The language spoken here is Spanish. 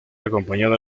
acompañaba